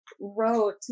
wrote